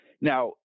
now